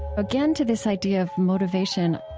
again to this idea of motivation,